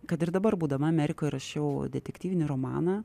kad ir dabar būdama amerikoj rašiau detektyvinį romaną